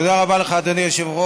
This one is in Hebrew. תודה רבה לך, אדוני היושב-ראש.